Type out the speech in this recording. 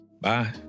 Bye